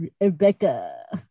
Rebecca